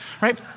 right